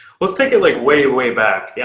let's take it like way, way back. yeah,